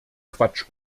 quatsch